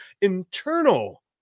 internal